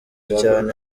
cyane